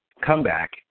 comeback